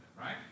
right